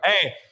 Hey